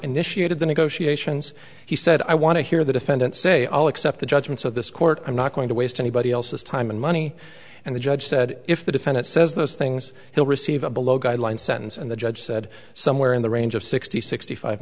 initiated the negotiations he said i want to hear the defendant say i'll accept the judgment so this court i'm not going to waste anybody else's time and money and the judge said if the defendant says those things he'll receive a below guideline sentence and the judge said somewhere in the range of sixty sixty five